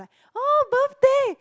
so like oh birthday